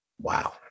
Wow